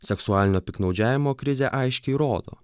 seksualinio piktnaudžiavimo krizė aiškiai rodo